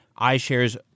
iShares